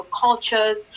cultures